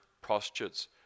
prostitutes